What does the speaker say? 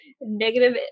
negative